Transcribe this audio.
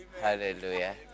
Hallelujah